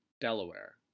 Delaware